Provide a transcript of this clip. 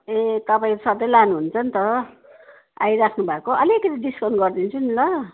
ए तपाईँ सधैँ लानु हुन्छ नि त आइराख्नु भएको आलिकति डिस्काउन्ट गरिदिन्छु नि ल